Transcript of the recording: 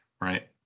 right